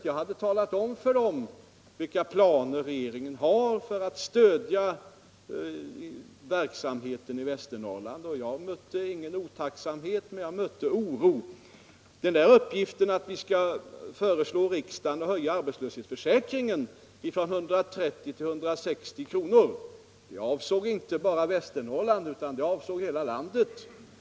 Jag hade talat om vilka planer regeringen har för att stödja verksamheten i Västernorrland, och jag mötte ingen otacksamhet, men jag mötte en del oro. Uppgiften att vi skall föreslå riksdagen att höja ersättningen från arbetslöshetsförsäkringen från 130 kr. till 160 kr. avsåg inte bara Västernorrland, utan hela landet.